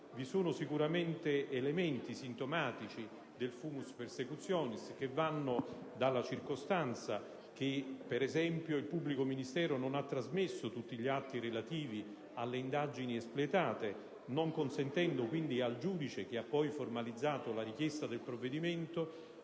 vi sono sicuramente elementi sintomatici del *fumus persecutionis*, a cominciare dalla circostanza che, ad esempio, il pubblico ministero non ha trasmesso tutti gli atti relativi alle indagini espletate, non consentendo quindi al giudice che ha poi formalizzato la richiesta del provvedimento